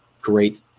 great